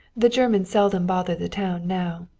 the germans seldom bother the town now.